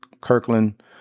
Kirkland